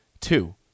Two